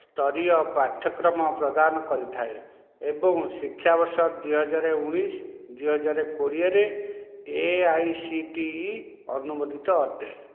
ସ୍ତରୀୟ ପାଠ୍ୟକ୍ରମ ପ୍ରଦାନ କରିଥାଏ ଏବଂ ଶିକ୍ଷାବର୍ଷ ଦୁଇ ହଜାର ଉଣେଇଶ ଦୁଇ ହଜାର କୋଡ଼ିଏରେ A I C T E ଅନୁମୋଦିତ ଅଟେ